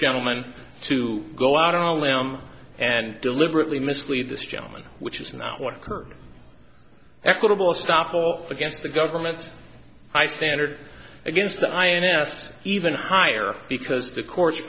gentleman to go out on them and deliberately mislead this gentleman which is not what occurred equitable stoppel against the government high standard against the ins even higher because the courts